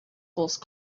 horse